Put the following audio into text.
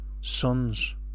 sons